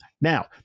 now